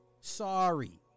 Sorry